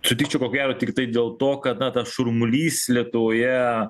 sutikčiau ko gero tiktai dėl to kad na tas šurmulys lietuvoje